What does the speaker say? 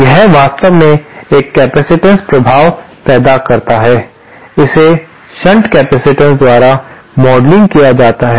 यह वास्तव में एक कैपेसिटिव प्रभाव पैदा करता है इसे शंट कैपेसिटेंस द्वारा मॉडलिंग किया जा सकता है